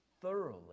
thoroughly